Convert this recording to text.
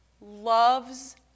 Loves